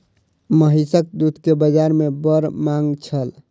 महीसक दूध के बाजार में बड़ मांग छल